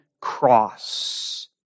cross